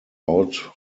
out